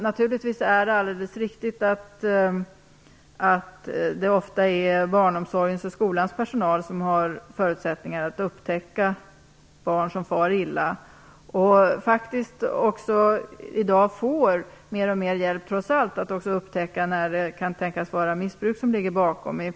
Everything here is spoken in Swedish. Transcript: Naturligtvis är det alldeles riktigt att barnomsorgens och skolans personal ofta har förutsättningar att upptäcka barn som far illa. I dag får personalen trots allt mer och mer hjälp när det gäller att upptäcka när missbruk kan tänkas ligga bakom.